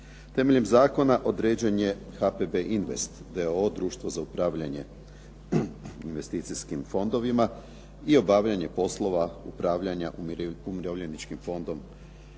Temeljem zakona određen je HPB Invest d.o.o. društvo za upravljanje investicijskim fondovima i obavljanje poslova upravljanja Umirovljeničkim fondom.